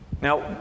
now